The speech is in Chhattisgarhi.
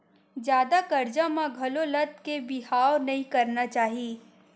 जादा करजा म घलो लद के बिहाव नइ करना चाही